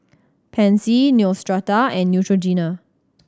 Pansy Neostrata and Neutrogena